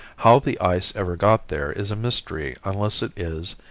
how the ice ever got there is a mystery unless it is,